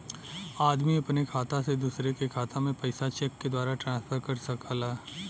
आदमी अपने खाता से दूसरे के खाता में पइसा चेक के द्वारा ट्रांसफर कर सकला